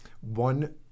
One